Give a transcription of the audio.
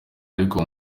ariko